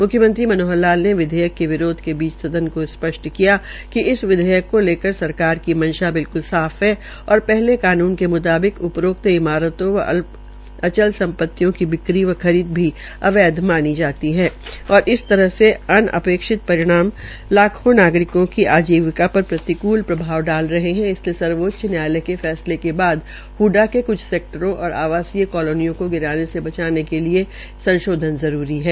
मुख्यमंत्री मनोहर लाल ने विधेयक के विरोध के बीच सदन को स्पष्ट किया कि इस विधेयक को लेकर सरकार की मंशा बिल्कुल साफ है और पहले कानून के मुताबिक उपरोक्त इमारतों व अचल संपतियों की बिक्री व खरीद भी अवैध मानी जाती है और इस तरह से अन अपेक्षित परिणामों लाखों नागरिकों को आजीविका पर प्रतिकूल प्रभाव डाल रहे है इसलिये सर्वोचच न्यायालय के फैसले के बाद हडा के क्छ सैक्टरों और आवासीय कालोनियों को गिराने से बचाने के लिये संशोधन जरूरी है